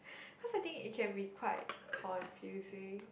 because I think it can be quite confusing